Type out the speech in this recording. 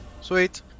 Sweet